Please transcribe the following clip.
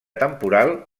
temporal